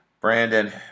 Brandon